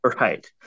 right